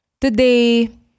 Today